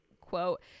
quote